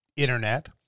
internet